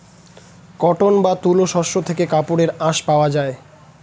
cotton বা তুলো শস্য থেকে কাপড়ের আঁশ পাওয়া যায়